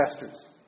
investors